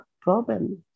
problems